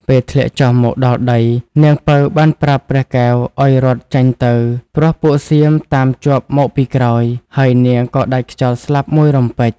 ពេលធ្លាក់ចុះមកដល់ដី នាងពៅបានប្រាប់ព្រះកែវឲ្យរត់ចេញទៅព្រោះពួកសៀមតាមជាប់មកពីក្រោយ ហើយនាងក៏ដាច់ខ្យល់ស្លាប់មួយរំពេច ។